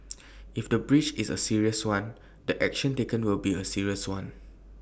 if the breach is A serious one the action taken will be A serious one